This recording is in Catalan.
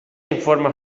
informe